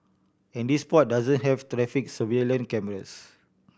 and this spot doesn't have traffic surveillance cameras